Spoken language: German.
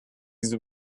diese